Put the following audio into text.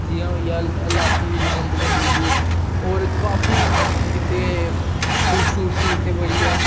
जियां होई गेआ लाटी बसंतगढ़ डुड्डू होर काफी इत्थें खूबसूरती इत्थें बड़ी ऐ